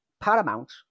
Paramount